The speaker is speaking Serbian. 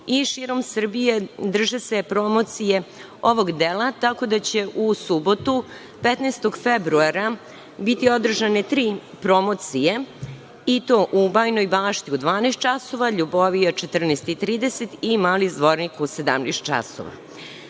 i širom Srbije drže se promocije ovog dela, tako da će u subotu 15. februara biti održane tri promocije i to u Bajinoj Bašti u 12,00 časova, Ljubovija 14,30 i Mali Zvornik u 17,00